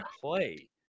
play